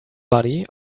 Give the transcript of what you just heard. body